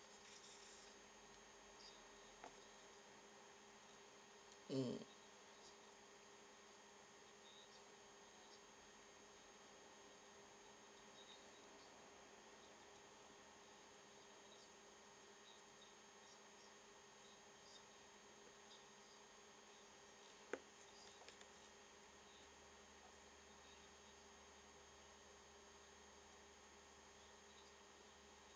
mm